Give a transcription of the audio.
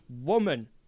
woman